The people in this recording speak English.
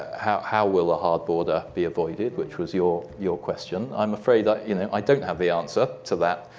how how will a hard border be avoided, which was your your question, i'm afraid that, you know, i don't have the answer to that